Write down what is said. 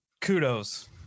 kudos